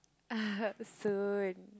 soon